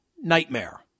nightmare